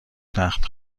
تخت